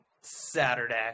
Saturday